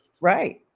Right